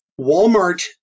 Walmart